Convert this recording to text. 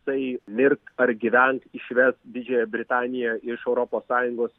tai mirt ar gyvent išvest didžiąją britaniją iš europos sąjungos